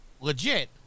legit